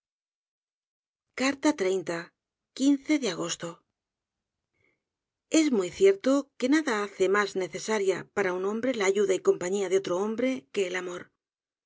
este mundo de agosto es muy cierto que nada hace mas necesaria para un hombre la ayuda y compañía de otro hombre que el amor